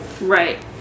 Right